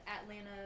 Atlanta